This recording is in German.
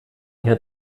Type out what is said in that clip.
hier